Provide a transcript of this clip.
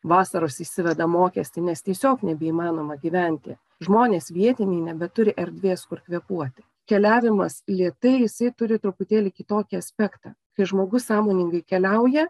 vasaros įsiveda mokestį nes tiesiog nebeįmanoma gyventi žmonės vietiniai nebeturi erdvės kur kvėpuoti keliavimas lėtai jisai turi truputėlį kitokį aspektą kai žmogus sąmoningai keliauja